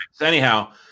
Anyhow